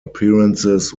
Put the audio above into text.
appearances